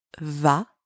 va